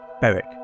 Beric